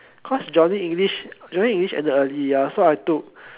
because Johnny English Johnny English end early ya so I took